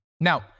Now